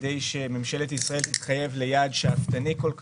כדי שממשלת ישראל תתחייב ליעד שאפתני כל כך.